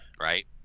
Right